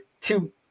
Two